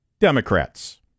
Democrats